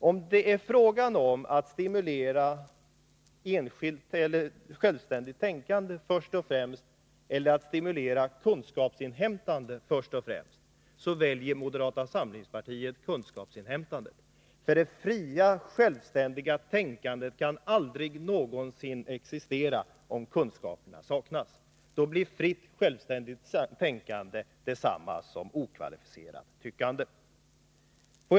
Om det är fråga om att först och främst stimulera fritt självständigt tänkande eller först och främst kunskapsinhämtande väljer moderata samlingspartiet kunskapsinhämtandet. Det fria självständiga tänkandet kan aldrig någonsin existera om kunskaperna saknas. Då blir fritt självständigt tänkande detsamma som okvalificerat tyckande.